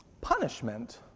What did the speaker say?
punishment